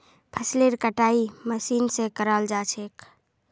फसलेर कटाई मशीन स कराल जा छेक